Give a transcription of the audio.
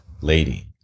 lady